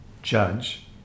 judge